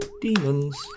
Demons